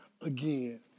again